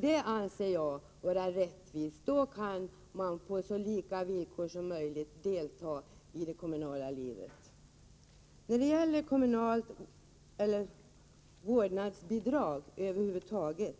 Det anser jag vara rättvist. Då kan man på så lika villkor som möjligt delta i det kommunala livet. När det gäller vårdnadsbidrag över huvud taget